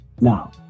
now